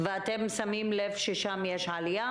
ואתם שמים לב ששם יש עלייה?